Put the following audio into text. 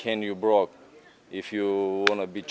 can you brock if you want to be